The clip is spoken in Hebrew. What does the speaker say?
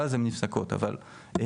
ואז